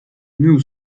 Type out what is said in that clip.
new